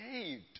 saved